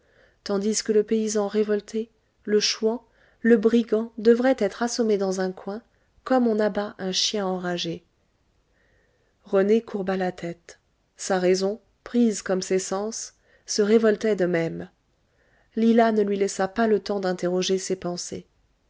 tandis que le paysan révolté le chouan le brigand devrait être assommé dans un coin comme on abat un chien enragé rené courba la tête sa raison prise comme ses sens se révoltait de même lila ne lui laissa pas le temps d'interroger ses pensées